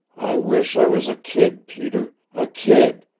i wish i was a kid, peter a kid.